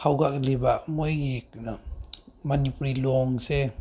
ꯍꯧꯒꯠꯂꯛꯂꯤꯕ ꯃꯣꯏꯒꯤ ꯀꯩꯅꯣ ꯃꯅꯤꯄꯨꯔꯤ ꯂꯣꯟꯁꯦ